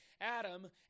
Adam